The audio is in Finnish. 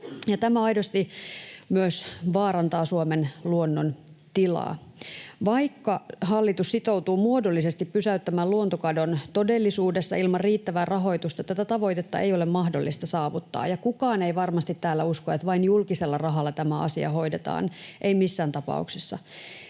tämä aidosti myös vaarantaa Suomen luonnon tilaa. Vaikka hallitus sitoutuu muodollisesti pysäyttämään luontokadon, todellisuudessa ilman riittävää rahoitusta tätä tavoitetta ei ole mahdollista saavuttaa, ja kukaan ei varmasti täällä usko, että vain julkisella rahalla tämä asia hoidetaan. Ei missään tapauksessa.